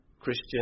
Christian